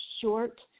short